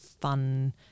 fun